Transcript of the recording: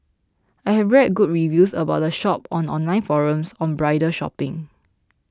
I have read good reviews about the shop on online forums on bridal shopping